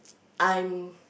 I'm